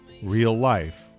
real-life